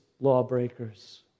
lawbreakers